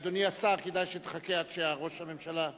אדוני השר, כדאי שתחכה עד שראש הממשלה יצא.